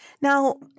Now